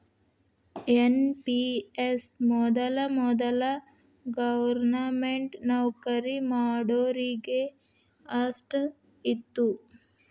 NPS ಮೊದಲ ವೊದಲ government ನೌಕರಿ ಮಾಡೋರಿಗೆ ಅಷ್ಟ ಇತ್ತು